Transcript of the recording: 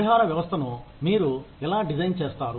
పరిహార వ్యవస్థను మీరు ఎలా డిజైన్ చేస్తారు